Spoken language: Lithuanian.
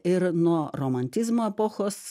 ir nuo romantizmo epochos